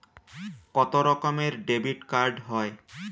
কত রকমের ডেবিটকার্ড হয়?